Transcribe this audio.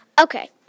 Okay